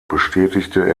bestätigte